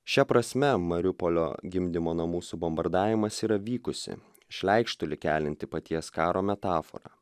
šia prasme mariupolio gimdymo namų subombardavimas yra vykusi šleikštulį kelianti paties karo metafora